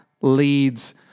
leads